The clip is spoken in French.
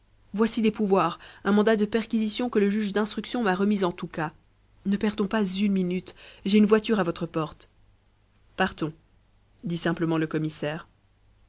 voici des pouvoirs un mandat de perquisition que le juge d'instruction m'a remis en tout cas ne perdons pas une minute j'ai une voiture à votre porte partons dit simplement le commissaire